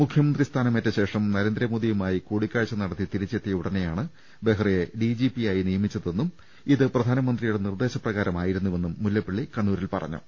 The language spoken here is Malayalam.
മുഖ്യമന്ത്രിസ്ഥാന മേറ്റശേഷം നരേന്ദ്രമോദിയുമായി കൂടിക്കാഴ് നടത്തി തിരിച്ചെത്തിയ ഉടനെയാണ് ബെഹ്റയെ ഡി ജി പിയായി നിയമിച്ചതെന്നും ഇത് പ്രധാനമന്ത്രിയുടെ നിർദ്ദേ ശ പ്ര കാ ര മാ യി രു ന്നു വെന്നും മുല്ല പ്പളളി കണ്ണൂരിൽ പറഞ്ഞു